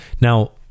now